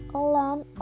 alone